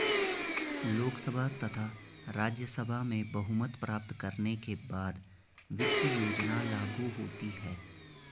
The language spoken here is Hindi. लोकसभा तथा राज्यसभा में बहुमत प्राप्त करने के बाद वित्त योजना लागू होती है